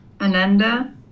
Ananda